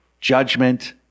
judgment